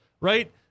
right